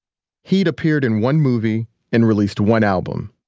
he'd appeared in one movie and released one album.